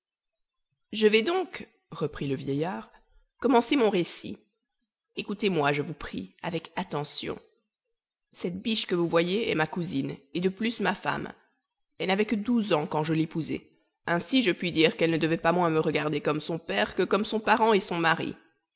je vais donc reprit le vieillard commencer mon récit écoutezmoi je vous prie avec attention cette biche que vous voyez est ma cousine et de plus ma femme elle n'avait que douze ans quand je l'épousai ainsi je puis dire qu'elle ne devait pas moins me regarder comme son père que comme son parent et son mari